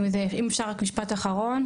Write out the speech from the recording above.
אם אפשר רק משפט אחרון.